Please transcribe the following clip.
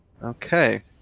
Okay